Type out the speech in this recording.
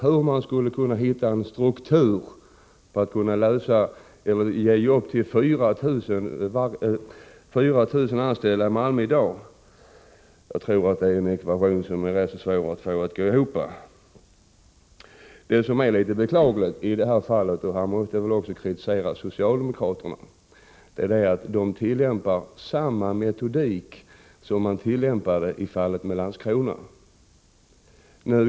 Hur skulle man kunna hitta en struktur för att i dag ge arbete till 4 000 anställda i Malmö? Jag tror att det är en ekvation som det är rätt svårt att få att gå ihop. Det som är beklagligt i detta fall — och här måste jag kritisera också socialdemokraterna — är att det nu tillämpas samma metodik som i fallet med Landskrona.